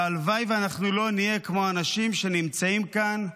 והלוואי ואנחנו לא נהיה כמו האנשים שנמצאים כאן,